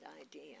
idea